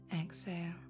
exhale